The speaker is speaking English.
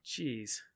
jeez